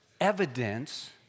Evidence